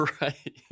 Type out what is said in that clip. Right